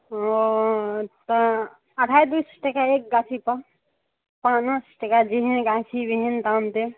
हँ तऽ अढ़ाइ दू सए टका एक गाछी पर पाँच सए टका जेहन गाछी ओहन दाम देब